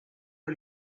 que